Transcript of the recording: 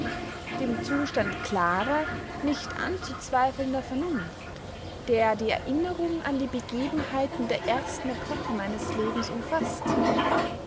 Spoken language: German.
dem zustand klarer nicht anzuzweifelnder vernunft der die erinnerung an die begebenheiten der ersten epoche meines lebens umfaßt